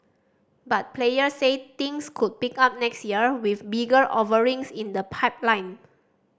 but players say things could pick up next year with bigger offerings in the pipeline